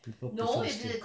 people purposely